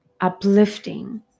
uplifting